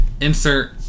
insert